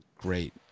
Great